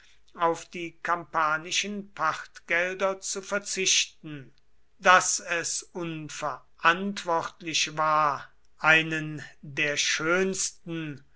auf die kampanischen pachtgelder zu verzichten daß es unverantwortlich war einen der schönsten